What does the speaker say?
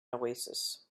oasis